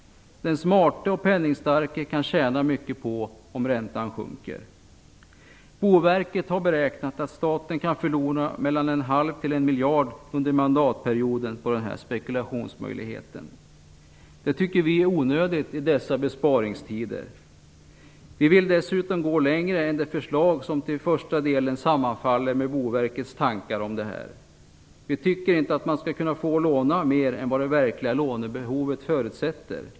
Den smarte och penningstarke kan tjäna mycket om räntan sjunker. Boverket har beräknat att staten kan förlora mellan 1 och 1,5 miljard under mandatperioden på den här spekulationsmöjligheten. Det tycker vi är onödigt i dessa besparingstider. Vi vill dessutom gå längre än det förslag som i första delen sammanfaller med Boverkets tankar. Vi tycker inte att man skall kunna låna mera än vad det verkliga lånebehovet förutsätter.